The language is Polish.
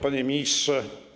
Panie Ministrze!